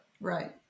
Right